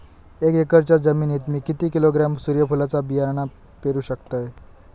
एक एकरच्या जमिनीत मी किती किलोग्रॅम सूर्यफुलचा बियाणा पेरु शकतय?